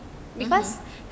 lepas